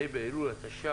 ה' באלול התש"פ.